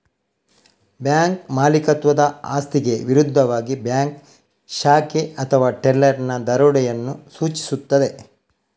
bank ಮಾಲೀಕತ್ವದ ಆಸ್ತಿಗೆ ವಿರುದ್ಧವಾಗಿ ಬ್ಯಾಂಕ್ ಶಾಖೆ ಅಥವಾ ಟೆಲ್ಲರಿನ ದರೋಡೆಯನ್ನು ಸೂಚಿಸುತ್ತದೆ